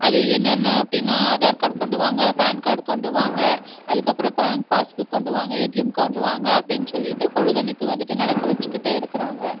அது என்னென்ன அப்படின்னா ஆதார் கார்டு கொண்டு வாங்க பேன் கார்டு கொண்டு வாங்க அதுக்கப்றபும் பேங்க் பாஸ்புக் கொண்டுவாங்க ஏடிஎம் கொண்டுவாங்க அப்படின்னு சொல்லிட்டு பொழுதன்னைக்கும் வந்துட்டு நடக்க வச்சிக்கிட்டே இருக்கிறாங்க